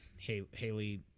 Haley